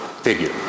Figure